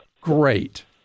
Great